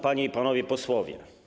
Panie i Panowie Posłowie!